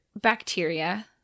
bacteria